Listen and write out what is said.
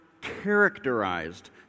characterized